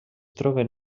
troben